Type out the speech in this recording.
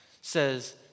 says